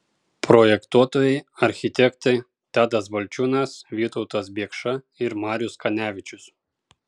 projektuotojai architektai tadas balčiūnas vytautas biekša ir marius kanevičius